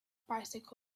bicycles